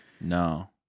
No